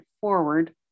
forward